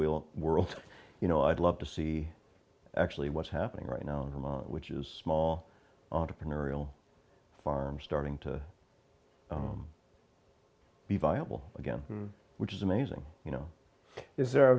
will world you know i'd love to see actually what's happening right now among which is small entrepreneurial farms starting to be viable again which is amazing you know is there a